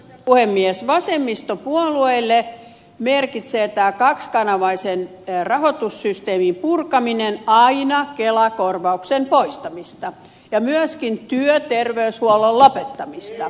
vasemmistopuolueille merkitsee tämä kaksikanavaisen rahoitussysteemin purkaminen aina kelakorvauksen poistamista ja myöskin työterveyshuollon lopettamista